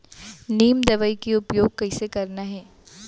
नीम दवई के उपयोग कइसे करना है?